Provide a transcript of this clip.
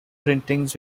printings